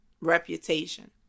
reputation